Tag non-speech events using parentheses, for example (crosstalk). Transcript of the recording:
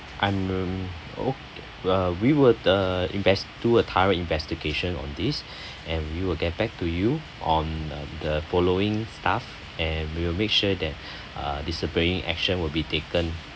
I'm oo uh we will uh invest do a thorough investigation on this (breath) and we will get back to you on uh the following staff and we will make sure that (breath) uh disciplinary action will be taken